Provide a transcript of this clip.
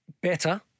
better